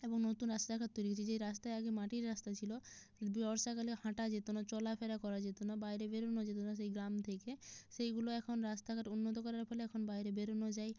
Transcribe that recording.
এবং নতুন রাস্তাঘাট তৈরি করেছে যে রাস্তায় আগে মাটির রাস্তা ছিল বর্ষাকালে হাঁটা যেত না চলাফেরা করা যেত না বাইরে বেরোনো যেত না সেই গ্রাম থেকে সেইগুলো এখন রাস্তাঘাট উন্নত করার ফলে এখন বাইরে বেরোনো যায়